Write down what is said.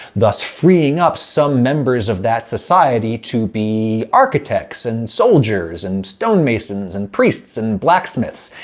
thus freeing up some members of that society to be architects and soldiers and stone masons and priests and blacksmiths,